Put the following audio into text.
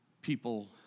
people